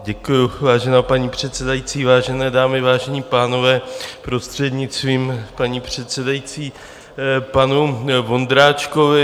Děkuji, vážená paní předsedající, vážené dámy, vážení pánové, prostřednictvím paní předsedající panu Vondráčkovi.